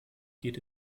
geht